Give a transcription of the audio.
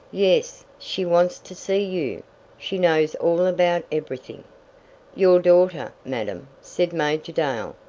yes, she wants to see you she knows all about everything your daughter, madam, said major dale,